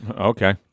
Okay